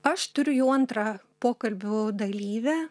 aš turiu jau antrą pokalbių dalyvę